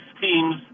teams